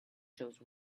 shows